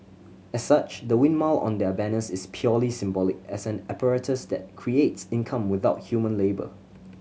as such the windmill on their banners is purely symbolic as an apparatus that creates income without human labour